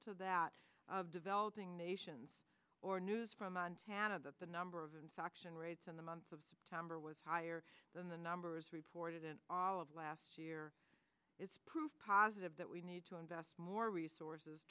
to that of developing nations or news from montana that the number of infections rates in the month of september was higher than the numbers reported an olive last year is proof positive that we need to invest more resources